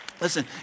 Listen